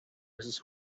his